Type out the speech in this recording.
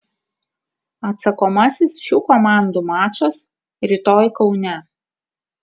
atsakomasis šių komandų mačas rytoj kaune